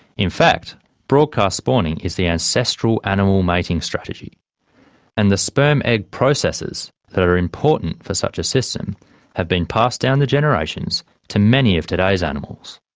in fact broadcast spawning is the ancestral animal mating strategy and the sperm egg processes that are important for such a system have been passed down to generations to many of today's animals.